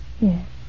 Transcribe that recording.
Yes